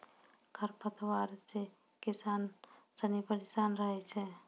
खरपतवार से किसान सनी परेशान रहै छै